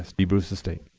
ah de-bruce the state.